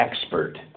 expert